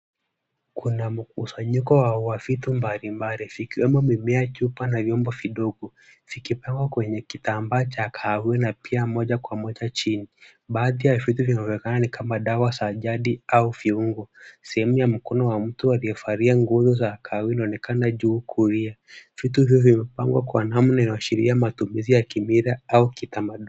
Kuna mkusanyiko wa vitu mbalimbali vikiwemo mimea, chupa na vyombo vidogo vikipangwa kwenye kitambaa cha kahawia na pia moja kwa moja chini. Baadhi ya vitu vinaonekana ni kama dawa za jadi au viungo. Sehemu ya mkono wa mtu aliyevalia nguo za kahawia unaonekana juu kulia. Vitu hivi vimepangwa kwa namna inaashiria matumizi ya kimila au kitamaduni.